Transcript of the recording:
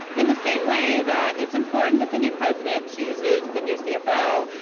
in the same way that it's important that the new president chooses the new cfo,